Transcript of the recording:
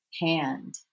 hand